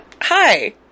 hi